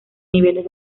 niveles